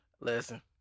Listen